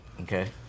okay